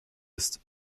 ist